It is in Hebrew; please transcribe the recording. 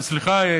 סליחה,